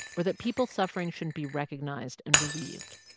or that people suffering shouldn't be recognized and relieved,